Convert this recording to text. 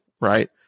right